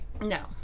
no